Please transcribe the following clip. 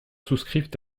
souscrivent